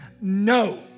no